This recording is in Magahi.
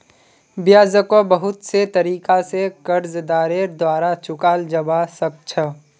ब्याजको बहुत से तरीका स कर्जदारेर द्वारा चुकाल जबा सक छ